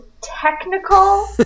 technical